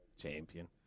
champion